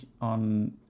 on